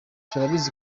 turabizi